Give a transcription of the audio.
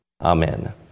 Amen